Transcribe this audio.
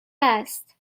است